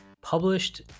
published